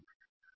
Ranganathan T